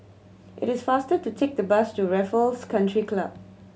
it is faster to take the bus to Raffles Country Club